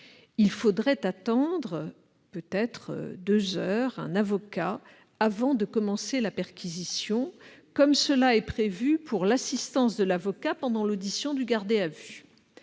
Il faudrait peut-être attendre pendant deux heures un avocat avant de commencer la perquisition, comme cela est prévu pour l'assistance de l'avocat pendant l'audition du gardé à vue.